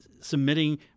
submitting